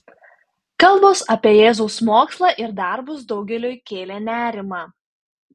kalbos apie jėzaus mokslą ir darbus daugeliui kėlė nerimą